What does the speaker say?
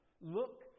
Look